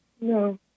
No